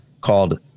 called